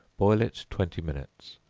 boil it twenty minutes,